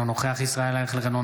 אינו נוכח ישראל אייכלר,